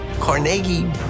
Carnegie